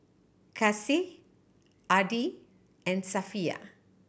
Kasih Adi and Safiya